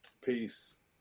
Peace